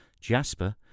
Jasper